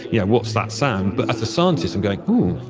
yeah what's that sound? but as a scientist, i'm going, oh,